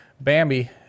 bambi